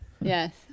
yes